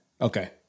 Okay